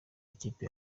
ikipe